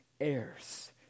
heirs